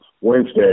Wednesday